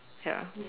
ya